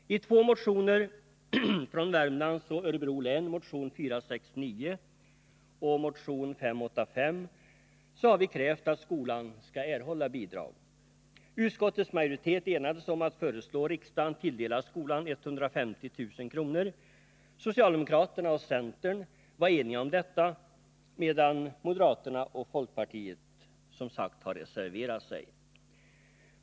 I två motioner från Värmlands och Örebro län, motionerna 469 och 585, har vi krävt att skolan skall erhålla bidrag. Utskottets majoritet enades om att föreslå riksdagen att tilldela skolan 150 000 kr. Socialdemokraterna och centern var eniga om detta, medan moderaterna och folkpartiet har reserverat sig.